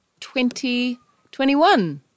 2021